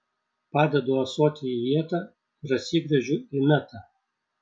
padedu ąsotį į vietą ir atsigręžiu į metą